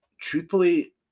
Truthfully